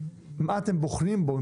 מה אתם בוחנים בו,